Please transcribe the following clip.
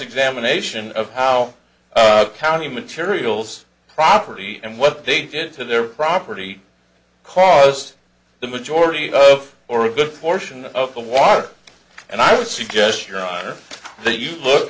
examination of how county materials property and what they did to their property because the majority of or a good portion of the water and i would suggest your honor that you look